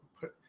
put